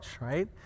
right